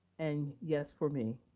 and yes for me.